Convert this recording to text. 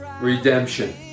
redemption